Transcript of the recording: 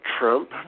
Trump